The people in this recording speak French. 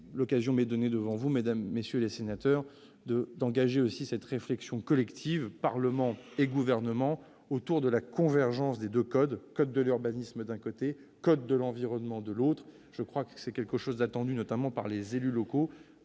L'occasion m'est donnée devant vous, mesdames, messieurs les sénateurs, d'engager une réflexion collective, Parlement et Gouvernement, autour de la convergence du code de l'urbanisme, d'un côté, et du code de l'environnement, de l'autre. C'est quelque chose d'attendu, notamment par les élus locaux-